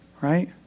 right